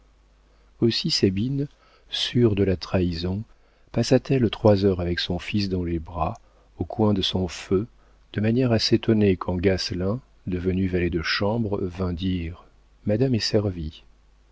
aussi sabine sûre de la trahison passa t elle trois heures avec son fils dans les bras au coin de son feu de manière à s'étonner quand gasselin devenu valet de chambre vint dire madame est servie